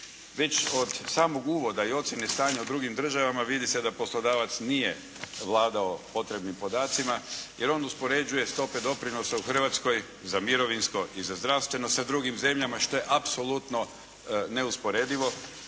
Već od samog uvoda i ocjene stanja u drugim državama vidi se da poslodavac nije vladao potrebnim podacima jer on uspoređuje stope doprinosa u Hrvatskoj za mirovinsko i za zdravstveno sa drugim zemljama što je apsolutno neusporedivo.